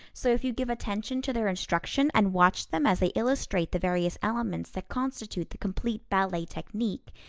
so if you give attention to their instruction and watch them as they illustrate the various elements that constitute the complete ballet technique,